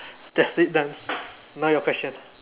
that's it done now your question